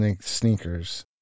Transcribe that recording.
sneakers